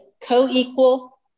co-equal